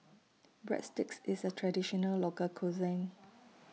Breadsticks IS A Traditional Local Cuisine